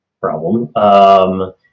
problem